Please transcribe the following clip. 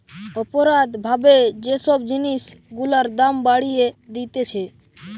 অপরাধ ভাবে যে সব জিনিস গুলার দাম বাড়িয়ে দিতেছে